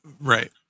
Right